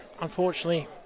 unfortunately